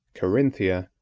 carinthia,